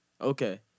Okay